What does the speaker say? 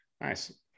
Nice